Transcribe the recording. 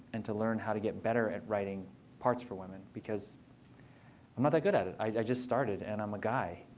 and to learn how to get better at writing parts for women, because i'm not that good at it. i just started. and i'm a guy.